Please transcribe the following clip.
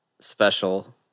special